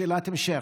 שאלת המשך: